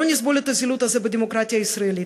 לא נסבול את הזילות בדמוקרטיה הישראלית,